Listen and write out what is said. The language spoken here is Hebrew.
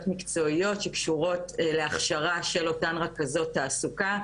מקצועיות שקשורות להכשרה של אותן רכזות תעסוקה,